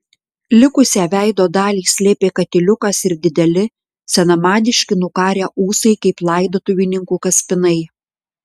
likusią veido dalį slėpė katiliukas ir dideli senamadiški nukarę ūsai kaip laidotuvininkų kaspinai